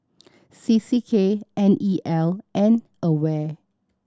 C C K N E L and AWARE